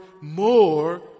more